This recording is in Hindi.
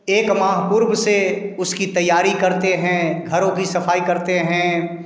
एक माह पूर्व से उसकी तैयारी करते हैं घरों की सफ़ाई करते हैं